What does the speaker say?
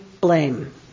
blame